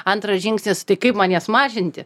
antras žingsnis tai kaip man jas mažinti